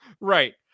right